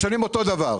משלמים אותו דבר.